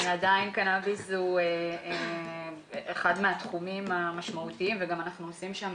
עדיין קנביס הוא אחד התחומים המשמעותיים ואנחנו עושים שם